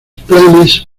planes